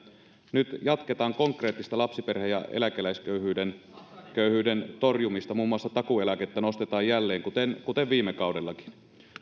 nyt jatketaan konkreettista lapsiperhe ja eläkeläisköyhyyden torjumista muun muassa takuueläkettä nostetaan jälleen kuten kuten viime kaudellakin